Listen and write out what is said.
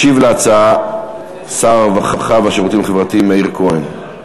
ישיב על ההצעה שר הרווחה והשירותים החברתיים מאיר כהן.